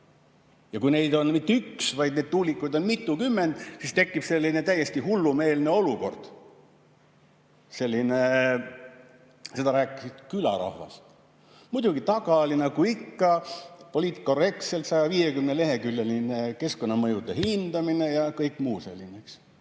tuulikuid ei ole mitte üks, vaid neid on mitukümmend, siis tekib selline täiesti hullumeelne olukord. Seda rääkis külarahvas. Muidugi, taga oli nagu ikka poliitkorrektselt 150-leheküljeline keskkonnamõjude hindamine ja kõik muu selline,